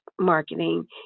marketing